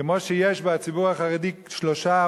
כמו שיש בציבור החרדי שלושה,